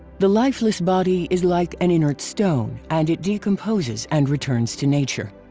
the lifeless body is like an inert stone and it decomposes and returns to nature.